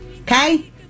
Okay